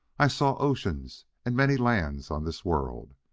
i saw oceans and many lands on this world.